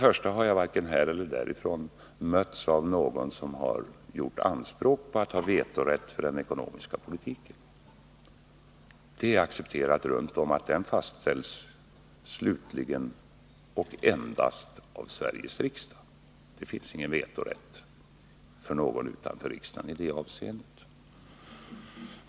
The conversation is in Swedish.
Jag har inte mött någon som har gjort anspråk på att ha vetorätt för den ekonomiska politiken. Det är accepterat runt om att den fastställs slutligen och endast av Sveriges riksdag; det finns ingen vetorätt för någon utanför riksdagen i det avseendet.